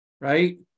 right